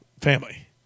family